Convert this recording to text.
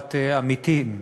חברת "עמיתים",